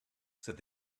said